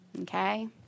Okay